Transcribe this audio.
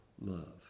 love